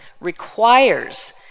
requires